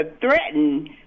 threatened